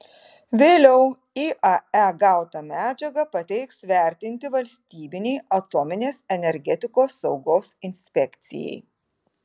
vėliau iae gautą medžiagą pateiks vertinti valstybinei atominės energetikos saugos inspekcijai